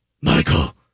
Michael